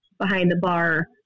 behind-the-bar